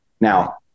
Now